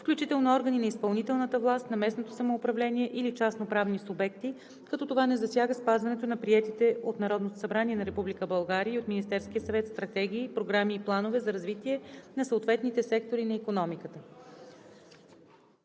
включително органи на изпълнителната власт, на местното самоуправление или частноправни субекти, като това не засяга спазването на приетите от Народното събрание на Република България и от Министерския съвет стратегии, програми и планове за развитие на съответните сектори на икономиката.“